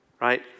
right